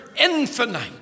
infinite